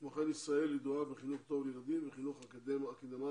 כמו כן ישראל ידועה בחינוך טוב לילדים ובחינוך אקדמאי